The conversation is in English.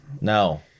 No